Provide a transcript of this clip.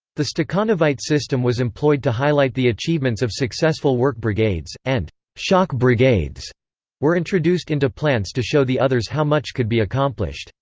the stakhanovite system was employed to highlight the achievements of successful work brigades, and shock brigades were introduced into plants to show the others how much could be accomplished.